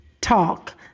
talk